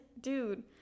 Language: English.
dude